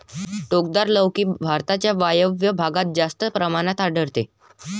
टोकदार लौकी भारताच्या वायव्य भागात जास्त प्रमाणात आढळते